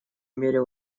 мере